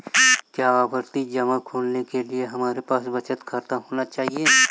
क्या आवर्ती जमा खोलने के लिए हमारे पास बचत खाता होना चाहिए?